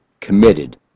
committed